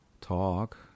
talk